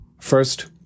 first